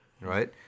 right